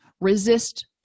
resist